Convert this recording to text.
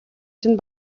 чинь